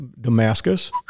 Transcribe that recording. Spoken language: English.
Damascus